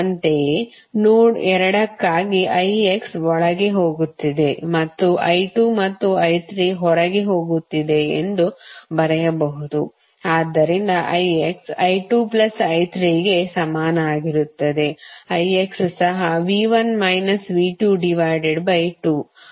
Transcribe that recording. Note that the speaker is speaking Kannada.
ಅಂತೆಯೇ ನೋಡ್ ಎರಡ್ಡ್ಕ್ಕಾಗಿ ix ಒಳಗೆ ಹೋಗುತ್ತಿದೆ ಮತ್ತು I2 ಮತ್ತು I3 ಹೊರಹೋಗುತ್ತಿದೆ ಎಂದು ಬರೆಯಬಹುದು ಆದ್ದರಿಂದ ix I2I3 ಗೆ ಸಮಾನವಾಗಿರುತ್ತದೆ